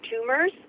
tumors